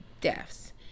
deaths